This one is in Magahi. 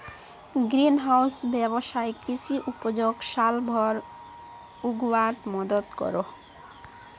ग्रीन हाउस वैवसायिक कृषि उपजोक साल भर उग्वात मदद करोह